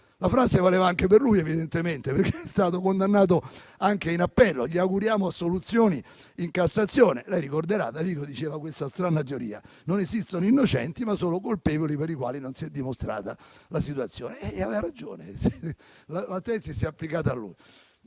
la frase valeva anche per lui, evidentemente, perché è stato condannato anche in appello. Gli auguriamo assoluzioni in Cassazione. Lei ricorderà che Davigo aveva questa strana teoria: non esistono innocenti, ma solo colpevoli per i quali non si è dimostrata la colpevolezza. Aveva ragione. La tesi si è applicata anche